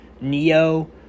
Neo